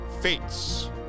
Fates